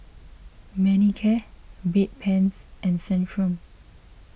Manicare Bedpans and Centrum